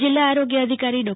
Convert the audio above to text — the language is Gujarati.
જીલ્લા આરોગ્ય અધિકારી ડો